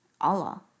Allah